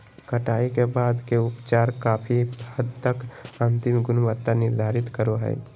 कटाई के बाद के उपचार काफी हद तक अंतिम गुणवत्ता निर्धारित करो हइ